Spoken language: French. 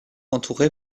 entouré